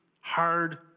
hard